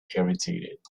irritated